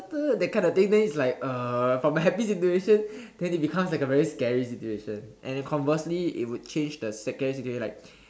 that kind of thing then it's like uh from a happy situation then it becomes a like very scary situation and then conversely it will change the second situation like